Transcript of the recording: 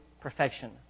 perfection